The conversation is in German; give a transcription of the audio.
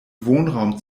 wohnraum